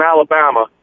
Alabama